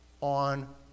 on